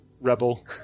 rebel